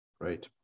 Right